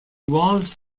was